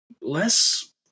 less